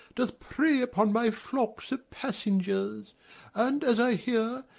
doth prey upon my flocks of passengers and, as i hear,